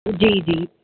जी जी